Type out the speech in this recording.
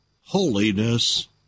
holiness